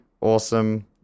awesome